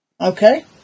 Okay